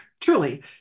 truly